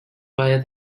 via